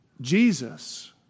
Jesus